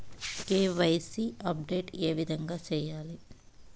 KYC update ఏ విధంగా సేయాలి?